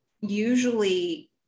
usually